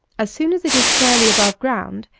as soon as it is fairly above ground,